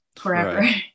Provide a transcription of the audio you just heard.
forever